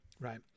right